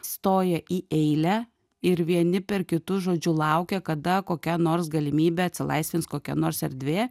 stoja į eilę ir vieni per kitus žodžiu laukia kada kokia nors galimybė atsilaisvins kokia nors erdvė